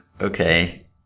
okay